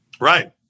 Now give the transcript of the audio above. Right